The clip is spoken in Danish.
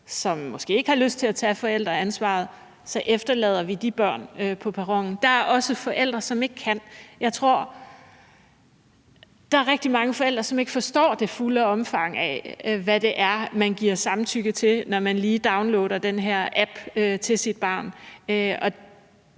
som måske ikke har lyst til at tage forældreansvaret, og så efterlader vi de børn på perronen, og der er jo også forældre, som ikke kan. Jeg tror, der er rigtig mange forældre, som ikke forstår det fulde omfang af, hvad det er, man giver samtykke til, når man lige downloader den her app til sit barn.